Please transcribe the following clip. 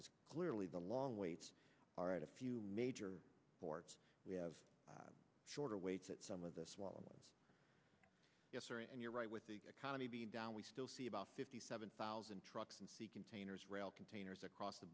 because clearly the long waits are at a few major ports we have shorter waits at some of the swelling and you're right with the economy being down we still see about fifty seven thousand trucks and the containers rail containers across the